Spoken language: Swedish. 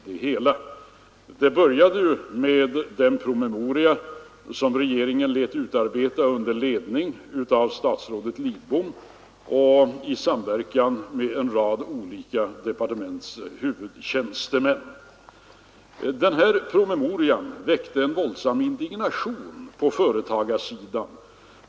Det började med den promemoria som regeringen lät utarbeta under ledning av statsrådet Lidbom i samverkan med en rad olika departements huvudtjänstemän. Denna promemoria väckte en våldsam indignation på företagarsidan.